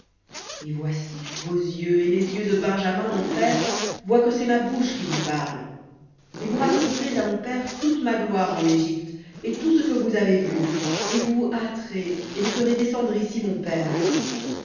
et voici vos yeux et les yeux de benjamin mon frère voient que c'est ma bouche qui vous parle et vous raconterez à mon père toute ma gloire en égypte et tout ce que vous avez vu et vous vous hâterez et vous ferez descendre ici mon père